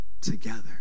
together